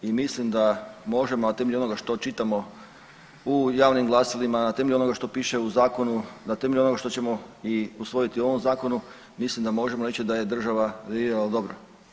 I mislim da možemo na temelju onoga što čitamo u javnim glasilima, na temelju onoga što piše u zakonu, na temelju onoga što ćemo i usvojiti u ovom zakonu mislim da možemo reći da je država reagirala dobro.